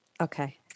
Okay